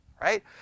Right